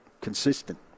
consistent